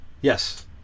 Yes